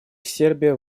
сербия